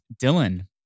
Dylan